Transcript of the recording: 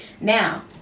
Now